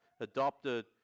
adopted